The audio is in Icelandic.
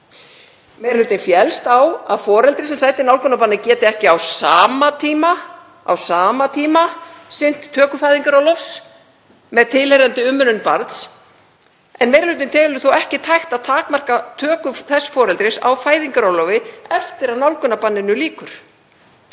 Meiri hlutinn féllst á að foreldri sem sætir nálgunarbanni geti ekki á sama tíma sinnt töku fæðingarorlofs með tilheyrandi umönnun barns en meiri hlutinn telur þó ekki hægt að takmarka töku þess foreldris á fæðingarorlofi eftir að nálgunarbanninu lýkur.